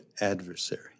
adversary